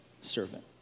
servant